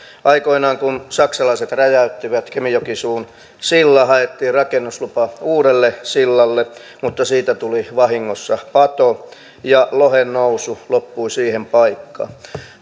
aikoinaan kun saksalaiset räjäyttivät kemijokisuun silloin haettiin rakennuslupa uudelle sillalle mutta siitä tuli vahingossa pato ja lohen nousu loppui siihen paikkaan